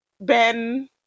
Ben